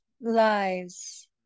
lies